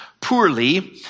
poorly